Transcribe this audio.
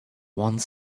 one